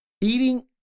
eating